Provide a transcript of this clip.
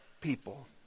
people